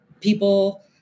people